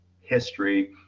History